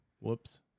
whoops